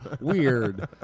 Weird